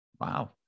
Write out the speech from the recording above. Wow